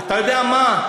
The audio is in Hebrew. אתה יודע מה?